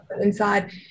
inside